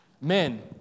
Men